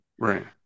right